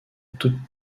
toute